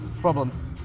problems